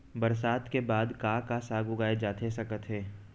बरसात के बाद का का साग उगाए जाथे सकत हे?